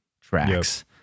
tracks